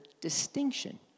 distinction